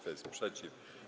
Kto jest przeciw?